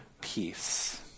peace